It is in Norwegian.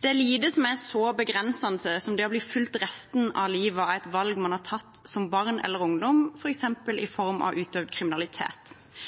Det er lite som er så begrensende som å bli fulgt resten av livet av et valg man har tatt som barn eller ungdom, f.eks. i